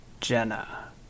jenna